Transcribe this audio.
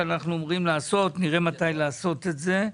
נראה מתי נעשה את זה.